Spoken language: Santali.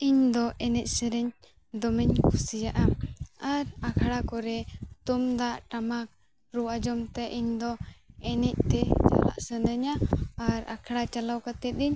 ᱤᱧᱫᱚ ᱮᱱᱮᱡᱼᱥᱮᱨᱮᱧ ᱫᱚᱢᱮᱧ ᱠᱩᱥᱤᱭᱟᱜᱼᱟ ᱟᱨ ᱟᱠᱷᱲᱟ ᱠᱚᱨᱮ ᱛᱩᱢᱫᱟᱜᱼᱴᱟᱢᱟᱠ ᱨᱩ ᱟᱸᱡᱚᱢᱛᱮ ᱤᱧᱫᱚ ᱮᱱᱮᱡᱜᱮ ᱪᱟᱞᱟᱜ ᱥᱟᱱᱟᱧᱟ ᱟᱨ ᱟᱠᱷᱲᱟ ᱪᱟᱞᱟᱣ ᱠᱟᱛᱮᱫ ᱫᱚᱧ